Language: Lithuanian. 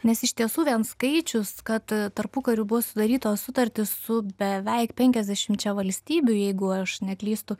nes iš tiesų vien skaičius kad tarpukariu buvo sudarytos sutartys su beveik penkiasdešimčia valstybių jeigu aš neklystu